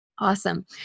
Awesome